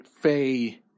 Faye